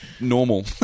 normal